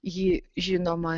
ji žinoma